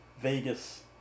Vegas